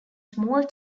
small